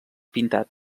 pintat